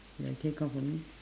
ya can count for me